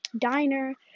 diner